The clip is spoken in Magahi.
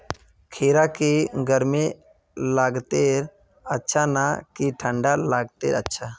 खीरा की गर्मी लात्तिर अच्छा ना की ठंडा लात्तिर अच्छा?